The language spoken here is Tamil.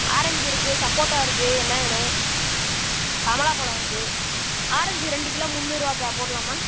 ஆரஞ்ச் இருக்கு சப்போட்டா இருக்கு என்ன வேணும் கமலா பழம் இருக்கு ஆரஞ்சு ரெண்டு கிலோ முன்னூறுரூவாக்கா போடலாமா